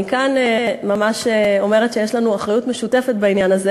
אני כאן ממש אומרת שיש לנו אחריות משותפת בעניין הזה